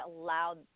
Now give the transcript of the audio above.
allowed